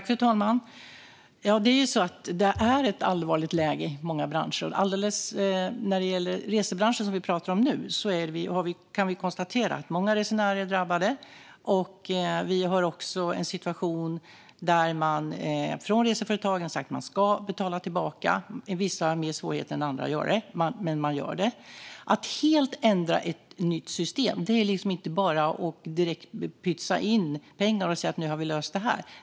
Fru talman! Det är ett allvarligt läge i många branscher. När det gäller resebranschen, som vi talar om nu, är många resenärer drabbade. Reseföretagen har sagt att de ska betala tillbaka. Vissa har större svårigheter än andra att göra det, men man gör det. Att ändra till ett helt nytt system innebär inte bara att pytsa in pengar och säga: Nu har vi löst det här.